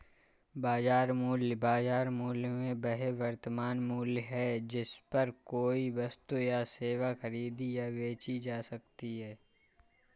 बाजार मूल्य, बाजार मूल्य में वह वर्तमान मूल्य है जिस पर कोई वस्तु या सेवा खरीदी या बेची जा सकती है